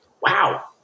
wow